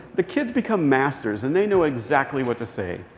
the kids become masters. and they know exactly what to say.